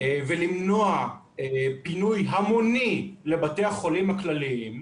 ולמנוע פינוי המוני לבתי החולים הכלליים,